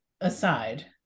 aside